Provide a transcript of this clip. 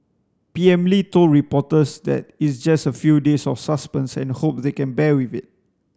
P M Lee told reporters that it's just a few days of suspense and hope they can bear with it